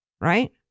Right